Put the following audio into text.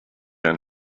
ein